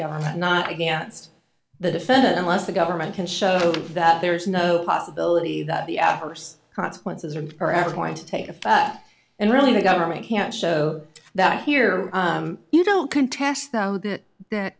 government not against the defendant unless the government can show that there is no possibility that the hours consequences are or are going to take a fact and really the government can't show that here you don't contest now that that